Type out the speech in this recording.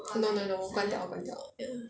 no no no 关掉关掉 ya